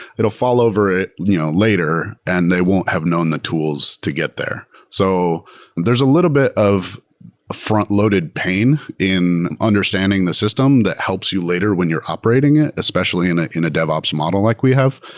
it fall over it you know later and they won't have known the tools to get there. so there's a little bit of frontloaded pain in understanding the system that helps you later when you're operating it especially in ah in a devops model like we have,